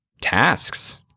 tasks